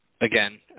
again